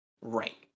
right